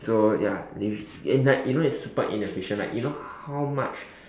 so ya if and like you know it's super inefficient you know like how much